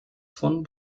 von